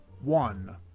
one